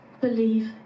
believe